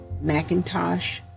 Macintosh